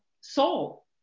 soul